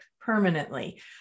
permanently